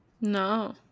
No